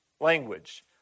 language